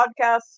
podcasts